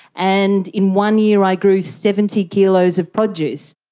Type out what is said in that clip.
and in one year i grew seventy kilos of produce.